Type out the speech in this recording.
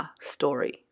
story